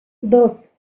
dos